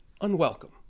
unwelcome